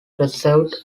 preserved